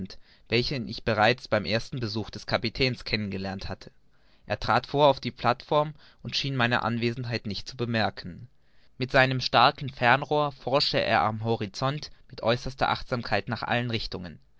welchen ich bereits beim ersten besuch des kapitäns kennen gelernt hatte er trat vor auf die plateform und schien meine anwesenheit nicht zu bemerken mit seinem starken fernrohr forschte er am horizont mit äußerster achtsamkeit nach allen richtungen